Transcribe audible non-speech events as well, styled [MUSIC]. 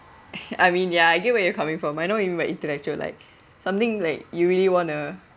[LAUGHS] I mean ya I get where you're coming from I know what you mean by intellectual like something like you really want to